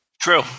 True